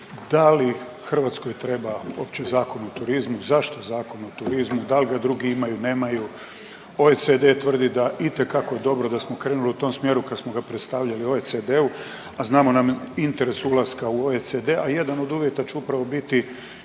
da li Hrvatskoj treba uopće Zakon o turizmu, zašto Zakon o turizmu, dal ga drugi imaju, nemaju, OECD tvrdi da itekako je dobro da smo krenuli u tom smjeru kad smo ga predstavljali OECD-u, a znamo nam interes ulaska u OECD, a jedan od uvjeta će upravo biti